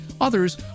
others